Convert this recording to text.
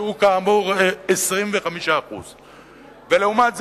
שהוא כאמור 25%. לעומת זאת,